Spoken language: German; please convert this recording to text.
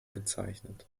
gezeichnet